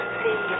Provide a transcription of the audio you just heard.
see